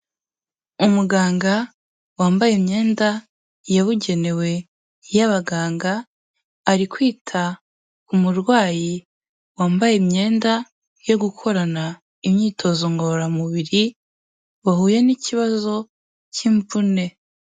Umuganga wambaye imyenda yabugenewe y'abaganga, ari kwita ku murwayi wambaye imyenda yo gukorana imyitozo ngororamubiri, wahuye n'ikibazo cy'imvune.